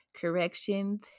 corrections